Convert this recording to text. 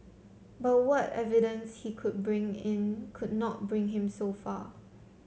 but what evidence he could bring in could not bring him so far